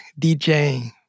DJing